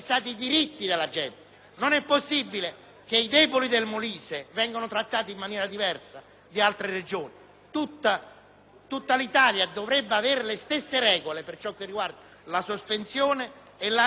Tutta l'Italia dovrebbe avere le stesse regole per ciò che riguarda la sospensione e la restituzione. Non faccio il mendicante, né l'accattone, ma chiedo diritti.